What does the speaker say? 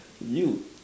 you